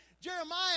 Jeremiah